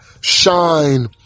shine